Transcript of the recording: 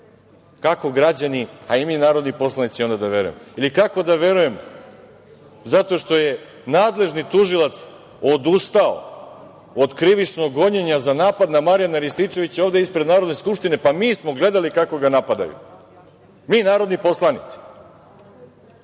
Kako građani, a i mi narodni poslanici onda da verujemo? Kako da verujem zato što je nadležni tužilac odustao od krivičnog gonjenja za napad na Marijana Rističevića ovde ispred Narodne skupštine? Pa mi smo gledali kako ga napadaju, mi narodni poslanici.